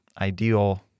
ideal